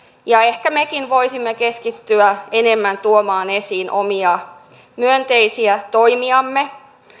ja ehkä mekin voisimme keskittyä enemmän tuomaan esiin omia myönteisiä toimiamme